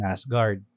Asgard